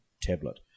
tablet